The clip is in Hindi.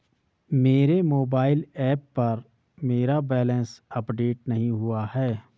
मेरे मोबाइल ऐप पर मेरा बैलेंस अपडेट नहीं हुआ है